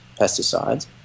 pesticides